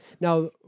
Now